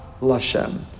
Lashem